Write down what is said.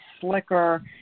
slicker